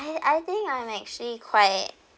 I I think I'm actually quite